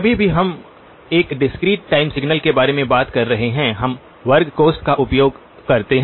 कभी भी हम एक डिस्क्रीट टाइम सिग्नल के बारे में बात कर रहे हैं हम वर्ग कोष्ठक का उपयोग करते हैं